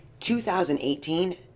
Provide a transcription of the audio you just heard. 2018